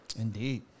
Indeed